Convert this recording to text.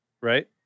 right